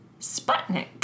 Sputnik